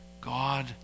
God